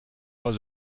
pas